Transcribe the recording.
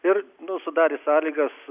ir sudarė sąlygas